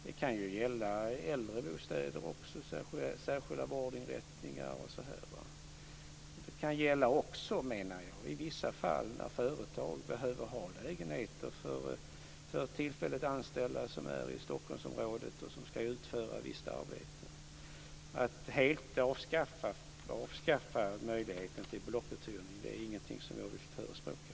Det kan också gälla äldrebostäder och särskilda vårdinrättningar. Det kan också, menar jag, gälla i vissa fall när företag behöver ha lägenheter för tillfälligt anställda som är i Stockholmsområdet och som ska utföra ett visst arbete. Att helt avskaffa möjligheten till blockuthyrning är ingenting som jag vill förespråka.